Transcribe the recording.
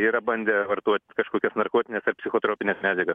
yra bandę vartot kažkokias narkotines ar psichotropines medžiagas